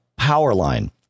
Powerline